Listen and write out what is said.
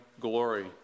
glory